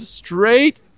straight